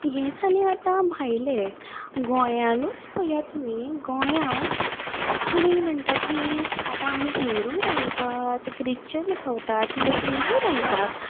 हें जालें आतां भायलें गोंयांनूच पळयात तुमी गोंयान कोंकणी म्हणटा ती आतां आमी हिंदू रावता ख्रिश्चन रावतात मुस्लिमूय रावतात